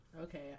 Okay